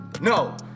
No